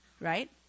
right